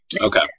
Okay